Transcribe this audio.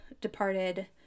departed